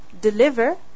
deliver